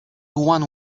one